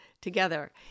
together